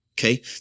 Okay